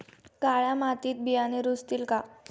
काळ्या मातीत बियाणे रुजतील का?